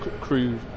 crew